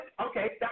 okay